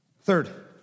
Third